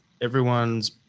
everyone's